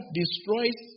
destroys